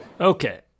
Okay